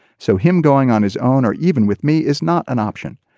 so him going on his own or even with me is not an option.